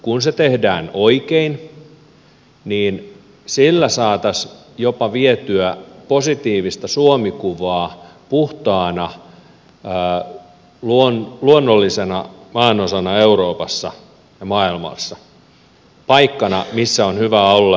kun se tehdään oikein niin sillä jopa saataisiin vietyä positiivista suomi kuvaa puhtaasta luonnollisesta maasta euroopassa ja maailmassa paikasta missä on hyvä olla ja asua ja elää